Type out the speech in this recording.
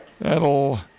That'll